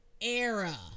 era